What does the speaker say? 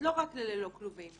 לא רק ללולים ללא כלובים?